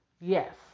Yes